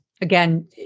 again